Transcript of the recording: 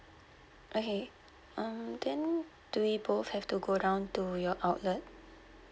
okay um then do we both have to go down to your outlet